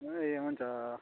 ए हुन्छ